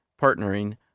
partnering